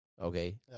Okay